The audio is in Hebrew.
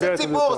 איזה ציבור?